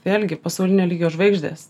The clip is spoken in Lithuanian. vėlgi pasaulinio lygio žvaigždės